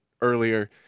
earlier